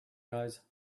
guys